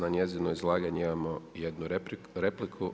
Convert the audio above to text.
Na njezino izlaganje imamo jednu repliku.